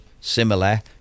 similar